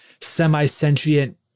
semi-sentient